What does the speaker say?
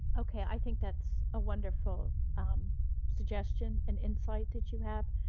okay, i think that's a wonderful suggestion and insight that you have.